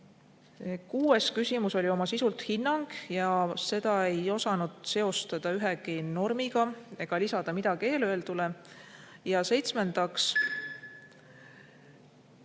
Kuues küsimus oli oma sisult hinnang ja seda ei osanud seostada ühegi normiga ega lisada midagi eelöeldule. Seitsmes